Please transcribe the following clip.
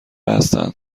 هستن